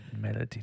Melody